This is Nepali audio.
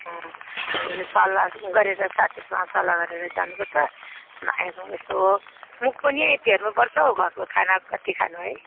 अँ हामीहरू सल्लाह गरेर साथीहरूसँग सल्लाह गरेर जानुपर्छ यसो मुख पनि फेर्नुपर्छ हौ घरको खाना कति खानु है